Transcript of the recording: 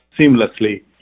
seamlessly